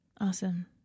Awesome